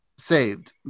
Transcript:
saved